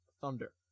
Thunder